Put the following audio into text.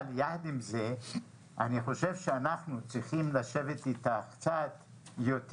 אבל יחד עם זה אנחנו צריכים לשבת איתך קצת יותר